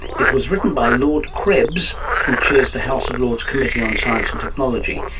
it was written by lord krebs who chairs the house of lords committee on science and technology,